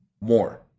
more